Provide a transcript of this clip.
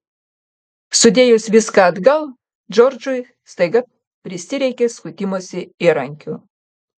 sudėjus viską atgal džordžui staiga prisireikė skutimosi įrankių